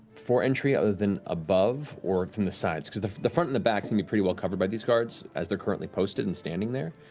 for entry, other than above or from the sides because the the front and back seem pretty well covered by these guards, as they're currently posted and standing there.